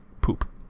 Poop